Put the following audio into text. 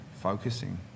focusing